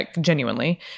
genuinely